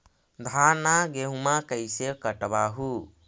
धाना, गेहुमा कैसे कटबा हू?